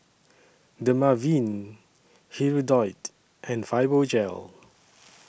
Dermaveen Hirudoid and Fibogel